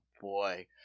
boy